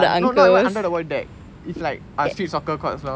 ya no not under the void deck it's like street soccer courts lor